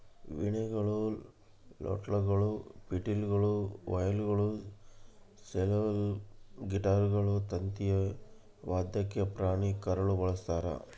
ವೀಣೆಗಳು ಲೂಟ್ಗಳು ಪಿಟೀಲು ವಯೋಲಾ ಸೆಲ್ಲೋಲ್ ಗಿಟಾರ್ಗಳು ತಂತಿಯ ವಾದ್ಯಕ್ಕೆ ಪ್ರಾಣಿಯ ಕರಳು ಬಳಸ್ತಾರ